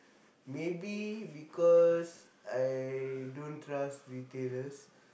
maybe because I don't trust retailers